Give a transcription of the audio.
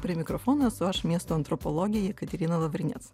prie mikrofono esu aš miesto antropologė jekaterina lavrinec